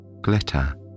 glitter